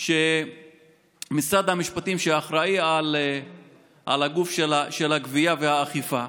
שמשרד המשפטים, שאחראי על גוף הגבייה והאכיפה,